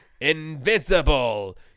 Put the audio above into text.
Invincible